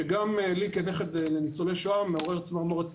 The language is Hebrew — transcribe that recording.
שגם לי כנכד לניצולי שואה מעורר צמרמורת.